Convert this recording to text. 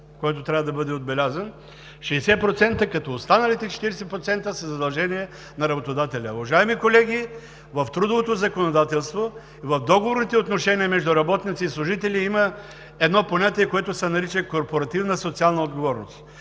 който трябва да бъде отбелязан: 60%, като останалите 40% са задължение на работодателя. Уважаеми колеги, в трудовото законодателство и в договорните отношения между работници и служители има едно понятие, което се нарича корпоративна социална отговорност.